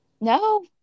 No